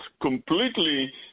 completely